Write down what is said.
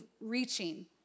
reaching